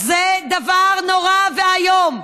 זה דבר נורא ואיום.